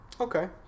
okay